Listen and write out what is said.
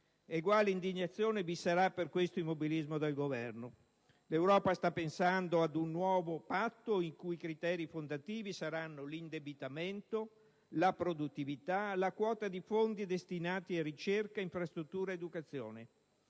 Eguale indignazione vi sarà per questo immobilismo del Governo. L'Europa sta pensando ad un nuovo Patto i cui criteri fondativi saranno l'indebitamento, la produttività, la quota di fondi destinati a ricerca, infrastruttura ed educazione.